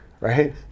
Right